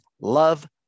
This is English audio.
love